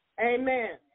Amen